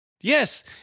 Yes